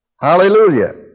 Hallelujah